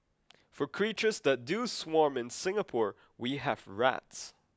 for creatures that do swarm in Singapore we have rats